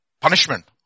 punishment